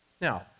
Now